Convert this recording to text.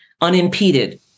unimpeded